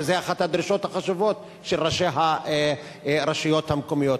שזו אחת הדרישות החשובות של ראשי הרשויות המקומיות.